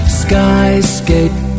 skyscape